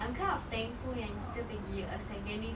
I'm kind of thankful yang kita pergi a secondary school